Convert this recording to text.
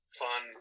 fun